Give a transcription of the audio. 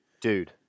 Dude